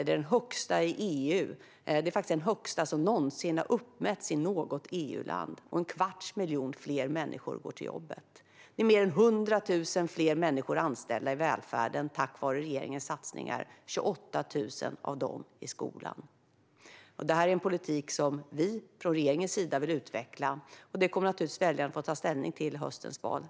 Det är den högsta i EU och faktiskt den högsta som någonsin har uppmätts i något EU-land. En kvarts miljon fler människor går till jobbet. Vi har mer än 100 000 fler anställda i välfärden tack vare regeringens satsningar, och 28 000 av dem finns i skolan. Detta är en politik som vi från regeringens sida vill utveckla, och det kommer naturligtvis väljarna att få ta ställning till i höstens val.